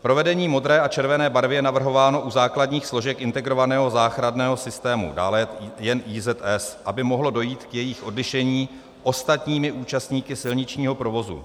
Provedení modré a červené barvy je navrhováno u základních složek integrovaného záchranného systému, dále jen IZS, aby mohlo dojít k jejich odlišení ostatními účastníky silničního provozu.